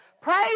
Praise